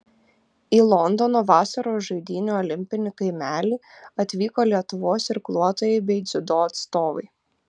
į londono vasaros žaidynių olimpinį kaimelį atvyko lietuvos irkluotojai bei dziudo atstovai